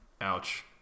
Ouch